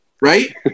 Right